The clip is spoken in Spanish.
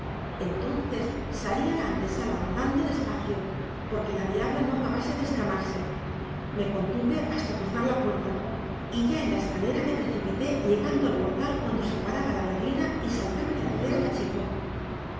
entonces salí a la antesala andando despacio para que la diabla no acabase de escamarse me contuve hasta cruzar la puerta y ya en la escalera me precipité llegando al portal cuando se paraba la berlina y saltaba en la acera pacheco